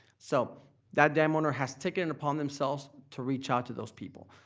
so that dam owner has taken it upon themselves to reach out to those people.